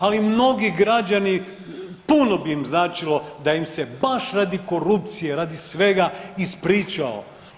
Ali mnogi građani puno bi im značilo da im se baš radi korupcije, radi svega ispričao.